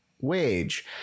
wage